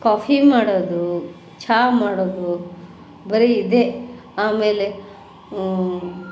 coffee ಮಾಡೋದು ಚಹಾ ಮಾಡೋದು ಬರೀ ಇದೆ ಆಮೇಲೆ